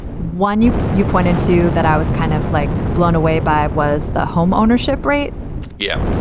one you you pointed to that i was kind of like blown away by was the home ownership rate yeah.